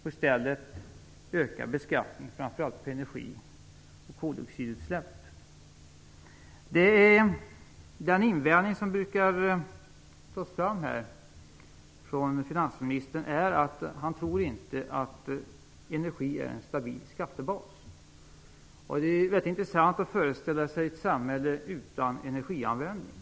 I stället bör vi öka beskattningen framför allt på energi och koldioxidutsläpp. Den invändning som brukar tas fram här av finansministern är att han inte tror att energi är en stabil skattebas. Det är väldigt intressant att föreställa sig ett samhälle utan energianvändning.